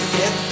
get